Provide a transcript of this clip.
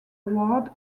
ward